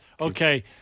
Okay